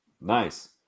Nice